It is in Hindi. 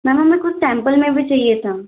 मैम हमें कुछ सैंपल में भी चाहिए था